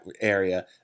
area